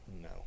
No